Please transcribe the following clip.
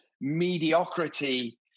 mediocrity